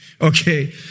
Okay